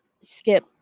skip